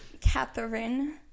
Catherine